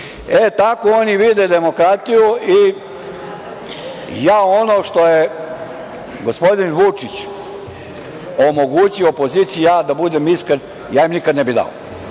l'?E, tako oni vide demokratiju. Ono što je gospodin Vučić omogućio opoziciji, da budem iskren, ja im nikad ne bih dao.